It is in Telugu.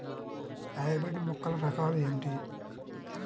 హైబ్రిడ్ మొక్కల రకాలు ఏమిటీ?